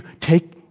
take